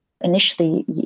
initially